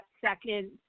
second